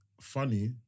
funny